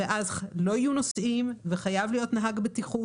שהרי אז לא יהיו נוסעים, וחייב להיות נהג בטיחות.